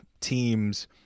teams